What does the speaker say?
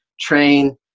train